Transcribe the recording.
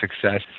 success